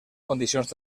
condicions